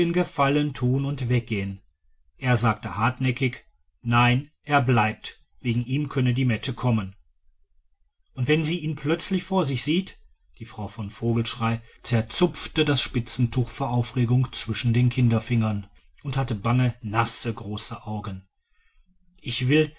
gefallen tun und weggehen er sagte hartnäckig nein er bleibt wegen ihm könne die mette kommen und wenn sie ihn plötzlich vor sich sieht die frau von vogelschrey zerzupfte das spitzentuch vor aufregung zwischen den kinderfingern und hatte bange nasse große augen ich will